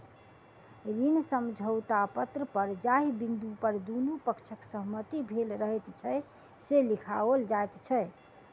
ऋण समझौता पत्र पर जाहि बिन्दु पर दुनू पक्षक सहमति भेल रहैत छै, से लिखाओल जाइत छै